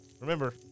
remember